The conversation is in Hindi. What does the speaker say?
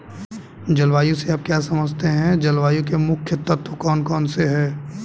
जलवायु से आप क्या समझते हैं जलवायु के मुख्य तत्व कौन कौन से हैं?